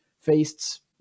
faced